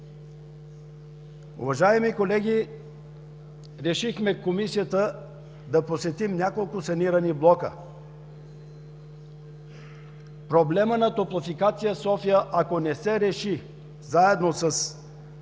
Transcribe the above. Уважаеми колеги, решихме в Комисията да посетим няколко санирани блока. Проблемът на „Топлофикация София“ ако не се реши заедно с